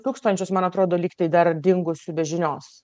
tūkstančius man atrodo lygtai dar dingusių be žinios